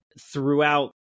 throughout